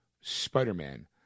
Spider-Man